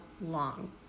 long